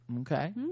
okay